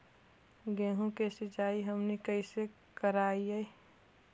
गेहूं के सिंचाई हमनि कैसे कारियय?